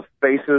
faces